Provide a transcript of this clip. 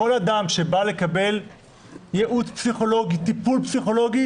כל אדם שבא לקבל ייעוץ פסיכולוגי או טיפול פסיכיאטרי,